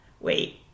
wait